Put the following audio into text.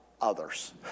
others